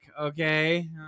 okay